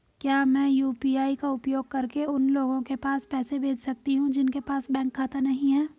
क्या मैं यू.पी.आई का उपयोग करके उन लोगों के पास पैसे भेज सकती हूँ जिनके पास बैंक खाता नहीं है?